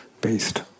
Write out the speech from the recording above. based